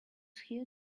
here